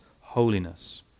holiness